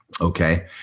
Okay